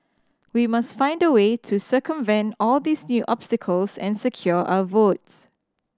we must find a way to circumvent all these new obstacles and secure our votes